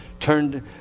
turned